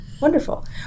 Wonderful